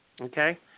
okay